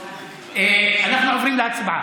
אנחנו עוברים להצבעה.